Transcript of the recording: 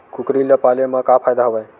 कुकरी ल पाले म का फ़ायदा हवय?